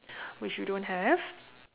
which you don't have